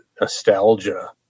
nostalgia